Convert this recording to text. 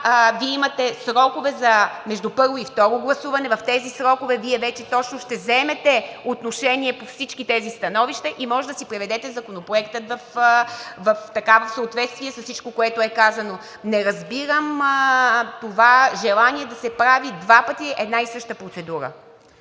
Вие имате срокове между първото и второто гласуване, в тези срокове Вие вече точно ще вземете отношение по всички тези становища и може да си приведете законопроекта в съответствие с всичко, което е казано. Не разбирам това желание да се прави два пъти една и съща процедура.